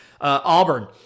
Auburn